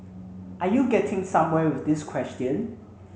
are you getting somewhere with this question